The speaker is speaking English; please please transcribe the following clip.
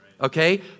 okay